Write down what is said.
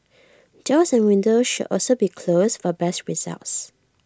doors and windows should also be closed for best results